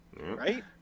Right